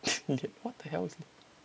what the hell is